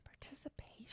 Participation